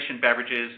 beverages